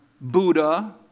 Buddha